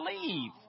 leave